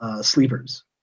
sleepers